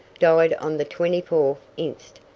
died on the twenty fourth inst.